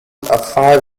five